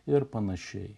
ir panašiai